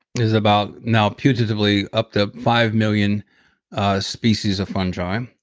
is about now putatively up to five million species of fungi.